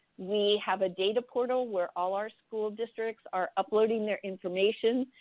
we have a data portal where all our school districts are uploading their information.